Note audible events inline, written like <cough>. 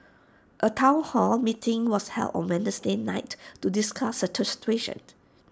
A Town hall meeting was held on Wednesday night to discuss the situation <unintelligible>